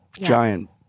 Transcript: giant